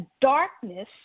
darkness